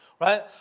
right